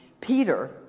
Peter